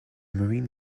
marine